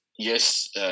yes